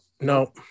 No